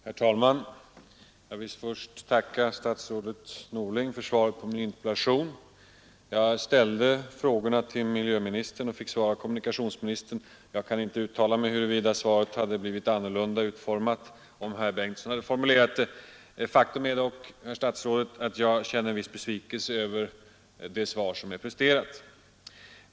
Herr talman! Jag vill först tacka herr statsrådet Norling för svaret på min interpellation. Jag ställde frågorna till miljöministern men fick svar av kommunikationsministern. Jag kan inte uttala mig om huruvida svaret hade blivit annorlunda formulerat om herr Bengtsson hade formulerat det. Faktum är dock, herr statsrådet, att jag känner en viss besvikelse över det svar som är presterat.